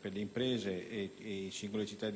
per le imprese, i singoli cittadini e i vari investitori.